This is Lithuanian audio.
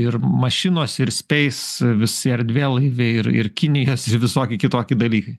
ir mašinos ir speis visi erdvėlaiviai ir ir kinijos visoki kitoki dalykai